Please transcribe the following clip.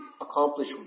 accomplish